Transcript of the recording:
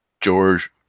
George